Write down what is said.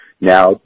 Now